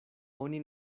oni